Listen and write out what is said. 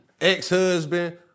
ex-husband